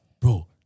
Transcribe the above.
bro